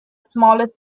smallest